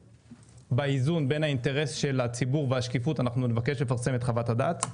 באיזון בין האינטרס של הציבור והשקיפות - נבקש לפרסם את חוות הדעת.